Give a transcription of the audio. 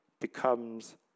Becomes